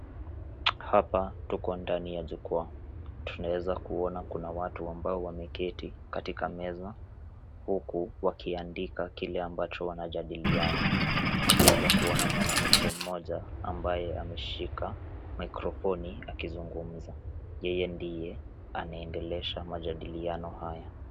Hapa tuko ndani ya jukwaa. Tunaweza kuona kuna watu ambao wameketi katika meza huku wakiandika kile ambacho wanajadiliana. Tunaweza kuona mwanamke mmoja ambaye ameshika maikrofoni akizungumza. Yeye ndiye anaendelrsha majadiliano haya.